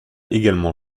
également